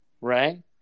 Right